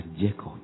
Jacob